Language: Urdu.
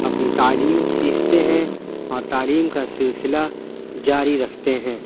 اپنی تعلیم سیکھتے ہیں اور تعلیم کا سلسلہ جاری رکھتے ہیں